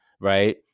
right